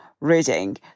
reading